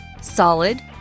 solid